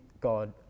God